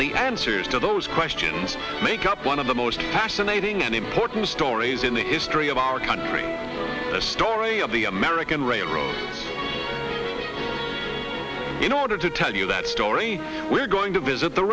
the answers to those questions make up one of the most fascinating and important stories in the history of our country the story of the american railroad in order to tell you that story we're going to visit the